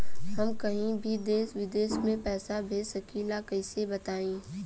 हम कहीं भी देश विदेश में पैसा भेज सकीला कईसे बताई?